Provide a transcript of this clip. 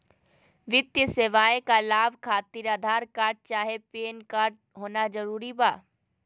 वित्तीय सेवाएं का लाभ खातिर आधार कार्ड चाहे पैन कार्ड होना जरूरी बा?